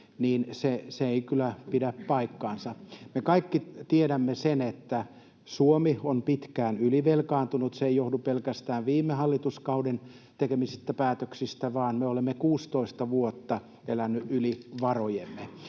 kaaokseen, ei kyllä pidä paikkaansa. Me kaikki tiedämme sen, että Suomi on pitkään ylivelkaantunut. Se ei johdu pelkästään viime hallituskauden päätöksistä, vaan me olemme 16 vuotta eläneet yli varojemme.